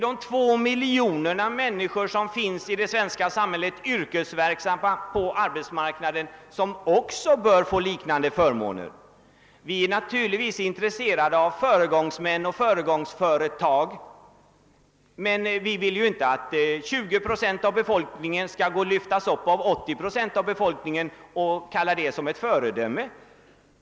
De två miljoner yrkesverksamma som finns på den svenska arbetsmarknaden bör också få liknande förmåner. Vi är naturligtvis intresserade av föregångsmän och föregångsföretag, men vi vill inte att 20 procent av befolkningen skall lyftas upp av 80 procent av befolkningen och kalla det för ett föredöme.